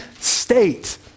state